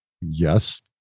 Yes